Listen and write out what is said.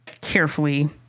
carefully